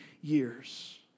years